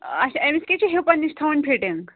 اَچھا أمِس کیٛاہ چھِ ہِپن نِش تھاوُن فِٹِنٛگ